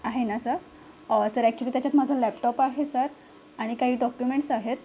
आहे ना sir sir actually त्याच्यात माझा लॅपटॉप आहे सर आणि काही डॉक्युमेंट्स आहेत